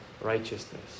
righteousness